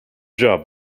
job